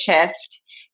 shift